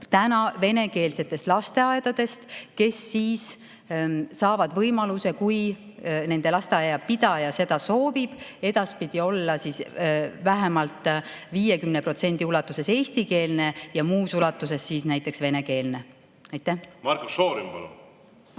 venekeelsetest lasteaedadest, kes saavad võimaluse, kui nende pidaja seda soovib, edaspidi olla vähemalt 50% ulatuses eestikeelne ja muus ulatuses siis näiteks venekeelne. Aitäh! Selle